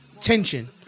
tension